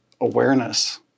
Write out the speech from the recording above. awareness